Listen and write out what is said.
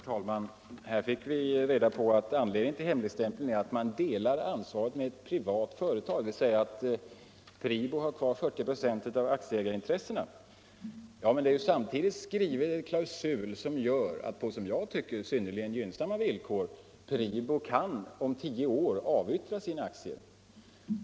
Herr talman! Nu fick vi reda på att anledningen till hemligstämpeln är att staten delar ansvaret med ett privat företag. Det privata företaget har kvar 40 96 av aktieägarintressena. Men det har skrivits en klausul som innebär att PRIBO om tio år på som jag tycker mycket gynnsamma villkor kan avyttra sina aktier.